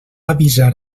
avisar